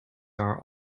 are